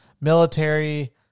military